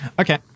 Okay